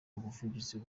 ubuvugizi